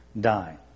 die